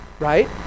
Right